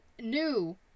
new